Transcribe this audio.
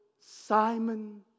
Simon